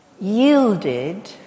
yielded